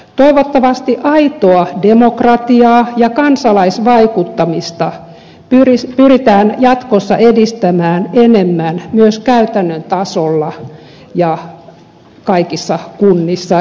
toivottavasti aitoa demokratiaa ja kansalaisvaikuttamista pyritään jatkossa edistämään enemmän myös käytännön tasolla ja kaikissa kunnissa